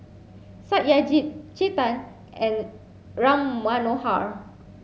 Satyajit Chetan and Ram Manohar